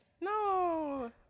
No